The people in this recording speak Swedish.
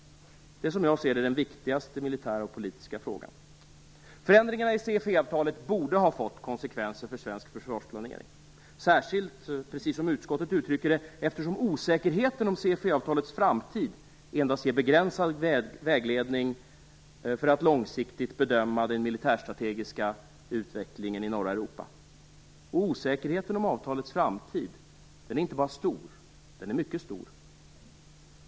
Det är, som jag ser det, den viktigaste militära och politiska frågan. Förändringarna i CFE-avtalet borde ha fått konsekvenser för svensk försvarsplanering, särskilt - precis som utskottet uttrycker det - eftersom "osäkerheten om CFE-avtalets framtid" endast ger "begränsad vägledning för möjligheten att långsiktigt bedöma den militärstrategiska utvecklingen i norra Europa". Och osäkerheten om avtalets framtid är inte bara stor; den är mycket stor.